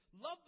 love